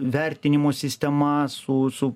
vertinimo sistema su su